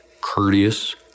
courteous